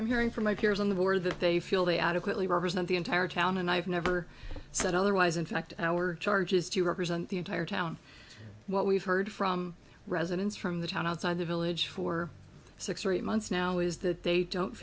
i'm hearing from my peers on the board that they feel they adequately represent the entire town and i've never said otherwise in fact our charge is to represent the entire town what we've heard from residents from the town outside the village for six or eight months now is that they don't